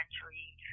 country